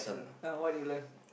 now what you learn